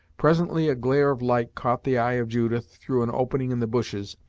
presently a glare of light caught the eye of judith through an opening in the bushes,